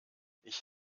ich